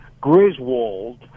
Griswold